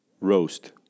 roast